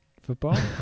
Football